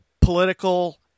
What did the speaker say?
political